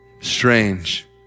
strange